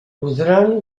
podran